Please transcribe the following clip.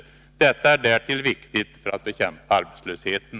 Detta är därtill viktigt för att bekämpa arbetslösheten.